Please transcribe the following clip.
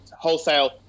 wholesale